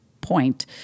point